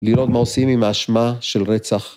לראות מה עושים עם האשמה של רצח.